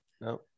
No